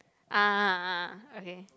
ah ah ah okay